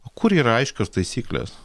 o kur yra aiškios taisyklės